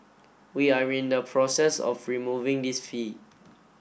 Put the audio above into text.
we are in the process of removing this fee